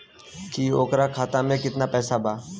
की ओकरा खाता मे कितना पैसा बा?